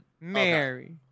Mary